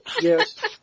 Yes